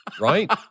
right